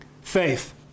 Faith